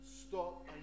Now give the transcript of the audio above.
stop